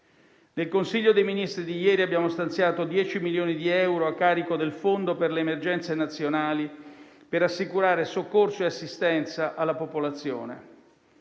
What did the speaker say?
Nel Consiglio dei ministri di ieri abbiamo stanziato 10 milioni di euro a carico del Fondo per le emergenze nazionali per assicurare soccorso e assistenza alla popolazione.